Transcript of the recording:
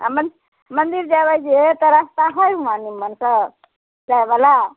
आ मंदिर जयबै जे तऽ वहाँ रास्ता नीमन है जाए बला